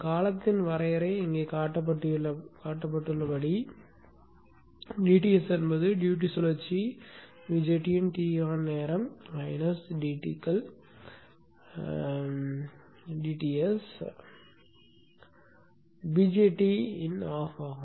காலத்தின் வரையறை இங்கே காட்டப்பட்டுள்ளபடி dTs என்பது டியூட்டி சுழற்சி BJTயின் Ton நேரம் கழித்தல் dTகள் BJT இன் off ஆகும்